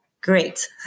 Great